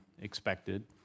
expected